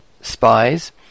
spies